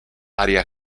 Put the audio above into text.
aria